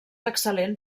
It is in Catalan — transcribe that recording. excel·lent